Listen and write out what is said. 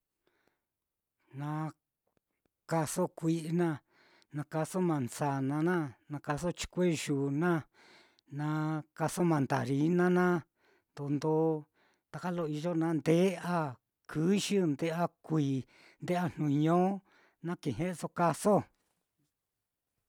Na kaaso kui'i naá, na kaaso manzana naá, na kaaso chikueyuu naá, na kaaso mandarina naá, tondo taka lo iyo naá, nde'ya kɨyɨ, nde'ya kui, nde'ya jnuño, na ki o kaaso.